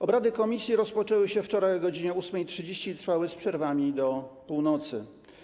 Obrady komisji rozpoczęły się wczoraj o godz. 8.30 i trwały z przerwami do północy.